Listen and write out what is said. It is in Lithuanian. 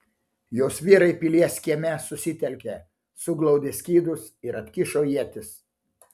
jos vyrai pilies kieme susitelkė suglaudė skydus ir atkišo ietis